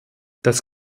das